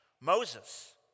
Moses